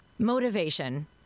motivation